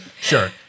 Sure